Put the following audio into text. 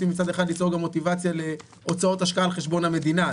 מוטיבציה להוצאות השקעה על חשבון המדינה,